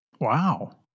Wow